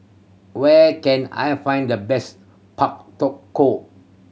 where can I find the best pak ko